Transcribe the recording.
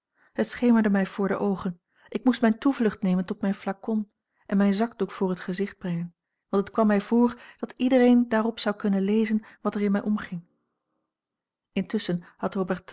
het schemerde mij voor de oogen ik moest mijne toevlucht nemen tot mijn flacon en mijn zakdoek voor het gezicht brengen want het kwam mij voor dat iedereen daarop zou kunnen lezen wat er in mij omging intusschen